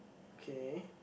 okay